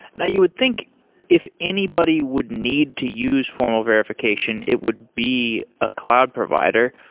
now, you would think if anybody would need to use formal verification, it would be a cloud provider.